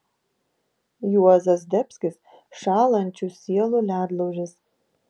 juozas zdebskis šąlančių sielų ledlaužis